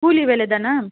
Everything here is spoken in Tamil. கூலி வேலை தானா